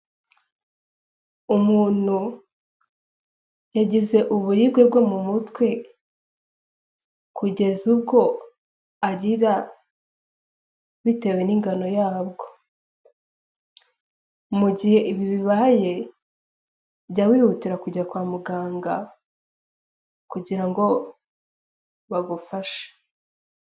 Umuntu yagize uburibwe bwo mu mutwe, kugeza ubwo arira, bitewe n'ingano yabwo. Mu gihe ibi bibaye, jya wihutira kujya kwa muganga, kugira ngo bagufashe.